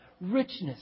richness